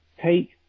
take